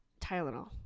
Tylenol